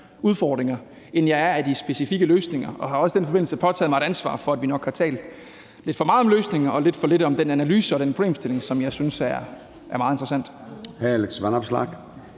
udfordringer, end jeg er af de specifikke løsninger, og har også i den forbindelse påtaget mig et ansvar for, at vi nok har talt lidt for meget om løsninger og lidt for lidt om den analyse og den problemstilling, som jeg synes er meget interessant.